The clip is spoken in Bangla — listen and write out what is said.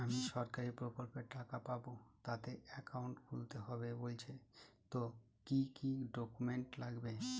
আমি সরকারি প্রকল্পের টাকা পাবো তাতে একাউন্ট খুলতে হবে বলছে তো কি কী ডকুমেন্ট লাগবে?